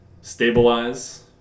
stabilize